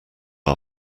our